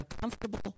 comfortable